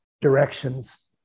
directions